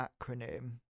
acronym